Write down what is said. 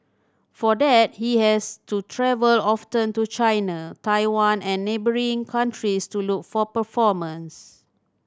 for that he has to travel often to China Taiwan and neighbouring countries to look for performance